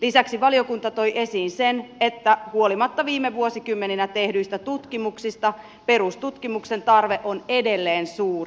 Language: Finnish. lisäksi valiokunta toi esiin sen että huolimatta viime vuosikymmeninä tehdyistä tutkimuksista perustutkimuksen tarve on edelleen suuri